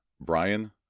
Brian